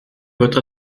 votre